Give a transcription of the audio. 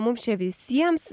mums čia visiems